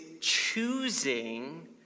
choosing